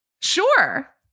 Sure